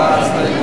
ודאי.